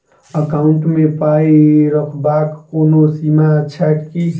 Account मे पाई रखबाक कोनो सीमा छैक की?